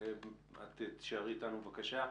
את תישארי איתנו, בבקשה.